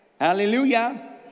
Hallelujah